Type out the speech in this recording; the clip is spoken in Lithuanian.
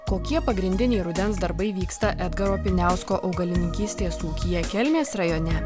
kokie pagrindiniai rudens darbai vyksta edgaro miniausko augalininkystės ūkyje kelmės rajone